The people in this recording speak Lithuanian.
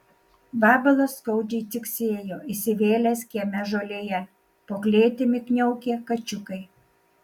vabalas skaudžiai ciksėjo įsivėlęs kieme žolėje po klėtimi kniaukė kačiukai